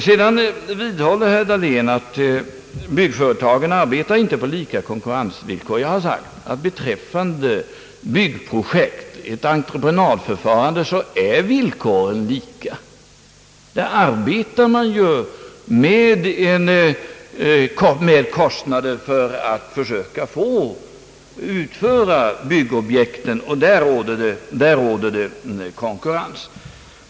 Herr Dahlén vidhåller att byggföretagen inte arbetar på lika konkurrensvillkor. Jag har sagt att då det gäller entreprenadförfarande är villkoren lika — där råder det konkurrens och man arbetar med sina anbud för att bli den som får utföra olika byggobjekt.